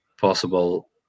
possible